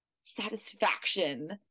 satisfaction